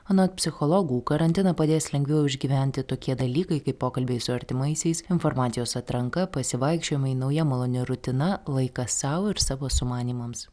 anot psichologų karantiną padės lengviau išgyventi tokie dalykai kaip pokalbiai su artimaisiais informacijos atranka pasivaikščiojimai nauja maloni rutina laikas sau ir savo sumanymams